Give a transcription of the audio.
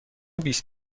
بیست